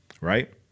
right